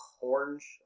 Orange